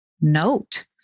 note